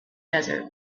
desert